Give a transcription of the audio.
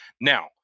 Now